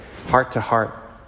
heart-to-heart